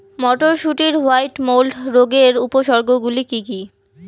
মটরশুটির white mould রোগের উপসর্গগুলি কী কী?